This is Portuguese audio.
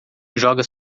joga